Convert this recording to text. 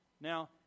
Now